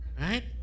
right